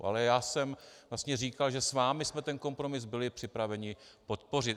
Ale já jsem vlastně říkal, že s vámi jsme ten kompromis byli připraveni podpořit.